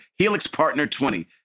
HELIXPARTNER20